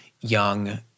young